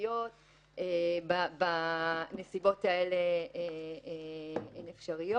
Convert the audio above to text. חברתיות בנסיבות האלה הן אפשריות.